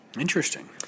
Interesting